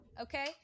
okay